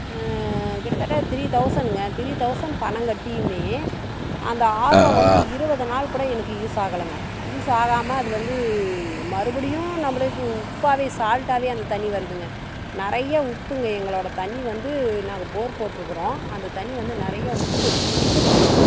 கிட்டத்தட்ட த்ரீ தௌசண்ட்ங்க three thousand பணம் கட்டியுமே அந்த ஆர்ஓ வந்து இருபது நாள் கூட எனக்கு யூஸ் ஆகலைங்க யூஸ் ஆகாமல் அது வந்து மறுபடியும் நம்பளுக்கு உப்பாகவே சால்ட்டாவே அந்த தண்ணி வருதுங்க நிறைய உப்புங்க எங்களோட தண்ணி வந்து நாங்கள் போர் போட்டுருக்குறோம் அந்த தண்ணி வந்து நிறைய உப்பு குடிக்க முடியல